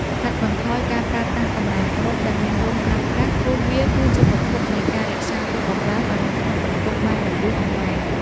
កាត់បន្ថយការប្រើប្រាស់កំរាលព្រំដែលមានរោមក្រាស់ៗព្រោះវាគឺជាប្រភពនៃការរក្សាទុកកម្តៅឱ្យនៅក្នុងបន្ទប់បានយ៉ាងយូរអង្វែង។